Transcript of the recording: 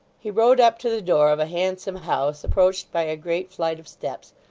he rode up to the door of a handsome house approached by a great flight of steps,